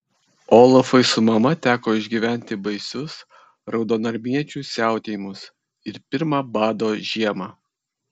olafui su mama teko išgyventi baisius raudonarmiečių siautėjimus ir pirmą bado žiemą